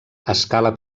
escala